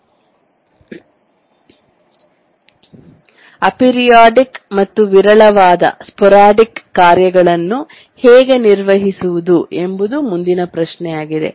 aperiodic ಮತ್ತು ವಿರಳವಾದ sporadic ಕಾರ್ಯಗಳನ್ನು ಹೇಗೆ ನಿರ್ವಹಿಸುವುದು ಎಂಬುದು ಮುಂದಿನ ಪ್ರಶ್ನೆಯಾಗಿದೆ